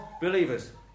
believers